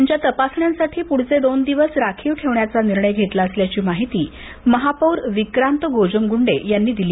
त्यांच्या तपासण्यांसाठी पुढील दोन दिवस राखीव ठेवण्याचा निर्णय घेतला असल्याची माहिती महापौर विक्रांत गोजमगुंडे यांनी दिली